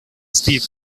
steep